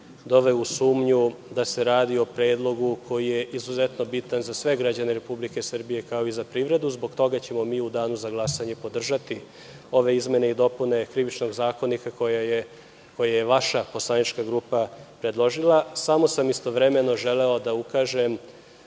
doveo u sumnju da se radi o predlogu koji je izuzetno bitan za sve građane Republike Srbije, kao i za privredu i zbog toga ćemo mi u danu za glasanje podržati ove izmene i dopune KZ,koje je vaša poslanička grupa predložila. Samo sam istovremeno želeo da ukažem